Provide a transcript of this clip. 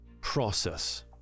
Process